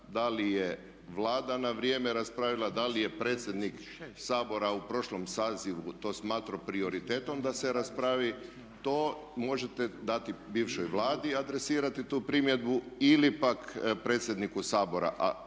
da li je Vlada na vrijeme raspravila, da li je predsjednik Sabora u prošlom sazivu to smatrao prioritetom da se raspravi, to možete dati bivšoj Vladi, adresirati tu primjedbu ili pak predsjedniku Sabora